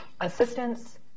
assistance